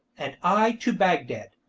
and i to bagdad.